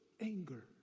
anger